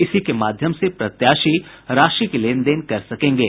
इसी के माध्यम से प्रत्याशी राशि की लेन देन कर सकेंगे